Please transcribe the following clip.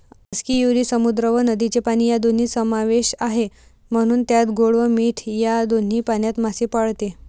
आस्कियुरी समुद्र व नदीचे पाणी या दोन्ही समावेश आहे, म्हणून त्यात गोड व मीठ या दोन्ही पाण्यात मासे पाळते